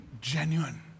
genuine